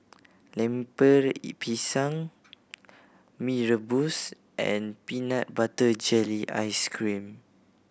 Lemper Pisang Mee Rebus and peanut butter jelly ice cream